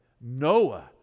noah